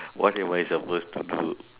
what am I supposed to do